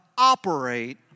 operate